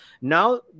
now